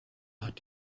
hat